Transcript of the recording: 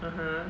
(uh huh)